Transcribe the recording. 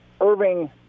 Irving